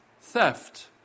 Theft